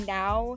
now